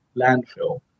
landfill